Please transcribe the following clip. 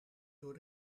door